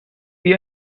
wie